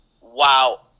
wow